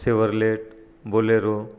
Chevrolet bolero